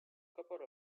couple